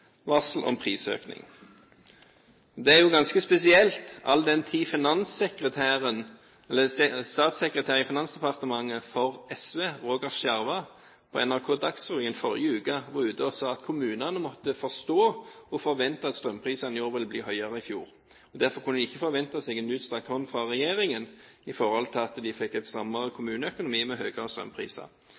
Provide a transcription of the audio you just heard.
varsler om prisøkning. Det er ganske spesielt, all den tid statssekretæren i Finansdepartementet, SVs Roger Schjerva, i NRK Dagsrevyen forrige uke var ute og sa at kommunene måtte forstå og vente at strømprisene i år ville bli høyere enn i fjor. Derfor kunne de ikke forvente noen utstrakt hånd fra regjeringen med tanke på at de fikk en strammere kommuneøkonomi med høyere strømpriser.